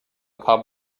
pub